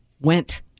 went